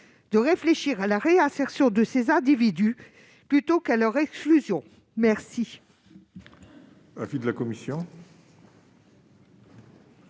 de réfléchir à la réinsertion de ces individus, plutôt qu'à leur exclusion. Quel